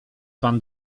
pan